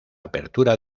apertura